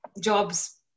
jobs